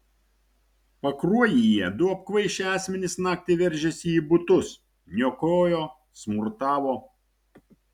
pakruojyje du apkvaišę asmenys naktį veržėsi į butus niokojo smurtavo